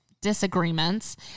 disagreements